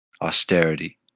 austerity